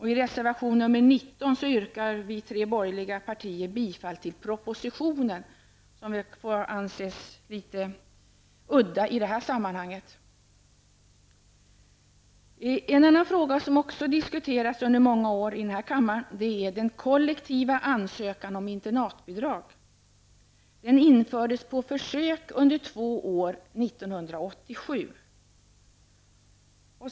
I reservation 19 yrkar de tre borgerliga partierna bifall till propositionen, något som i det här sammanhanget får anses som litet udda. En annan fråga som diskuterats under många år i denna kammare är den kollektiva ansökan om internatbidrag. Den infördes år 1987 på försök under två år.